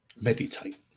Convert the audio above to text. meditate